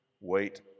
wait